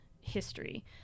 history